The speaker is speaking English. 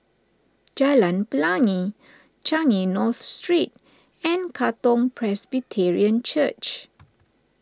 Jalan Pelangi Changi North Street and Katong Presbyterian Church